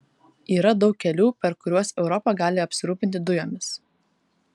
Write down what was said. yra daug kelių per kuriuos europa gali apsirūpinti dujomis